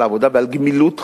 על העבודה ועל גמילות חסדים.